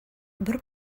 бер